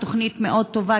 תוכנית מאוד טובה,